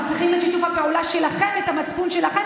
אבל אנחנו צריכים את שיתוף הפעולה שלכם ואת המצפון שלכם,